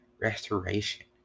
Restoration